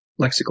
lexical